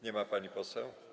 Nie ma pani poseł.